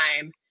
time